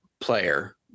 player